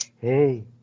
Hey